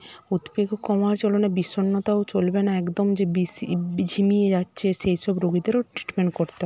উদ্বেগও চলবে না বিষণ্ণতাও চলবে না একদম যে বেশি ঝিমিয়ে যাচ্ছে সেই সব রোগীদেরও ট্রিটমেন্ট করতে